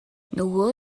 нөгөө